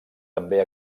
també